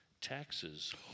taxes